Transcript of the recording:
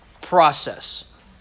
process